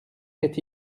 fait